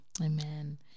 Amen